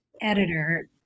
editor